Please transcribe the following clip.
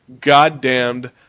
goddamned